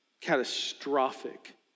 catastrophic